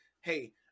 Hey